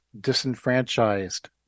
disenfranchised